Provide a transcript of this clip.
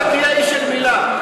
עכשיו תהיה איש של מילה.